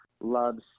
loves